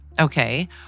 Okay